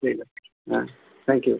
ঠিক আছে হ্যাঁ থ্যাংক ইউ